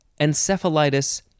encephalitis